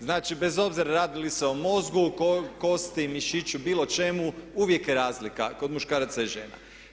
Znači, bez obzira radi li se o mozgu, kosti, mišiću bilo čemu uvijek je razlika muškaraca i žena.